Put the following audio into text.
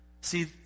See